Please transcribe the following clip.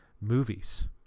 movies